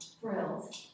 thrilled